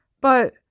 But